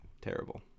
terrible